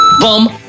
bum